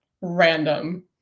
random